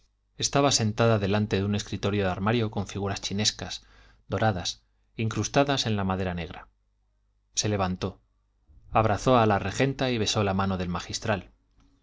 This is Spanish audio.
estaba sentada delante de un escritorio de armario con figuras chinescas doradas incrustadas en la madera negra se levantó abrazó a la regenta y besó la mano del magistral